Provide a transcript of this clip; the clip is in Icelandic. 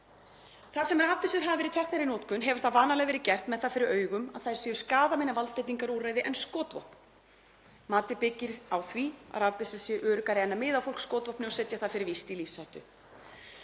Þar sem rafbyssur hafa verið teknar í notkun hefur það vanalega verið gert með það fyrir augum að þær séu skaðminni valdbeitingarúrræði en skotvopn. Matið byggir á því að rafbyssur séu öruggari en að miða á fólk skotvopni og setja það fyrir víst í lífshættu.